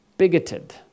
bigoted